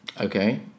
Okay